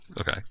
Okay